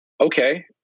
okay